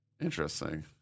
Interesting